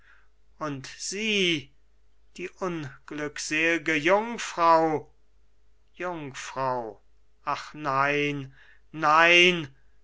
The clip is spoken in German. und sie die unglücksel'ge jungfrau jungfrau ach nein nein